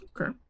Okay